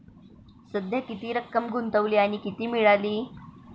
सध्या किती रक्कम गुंतवली आणि किती मिळाली